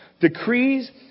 Decrees